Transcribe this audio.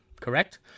Correct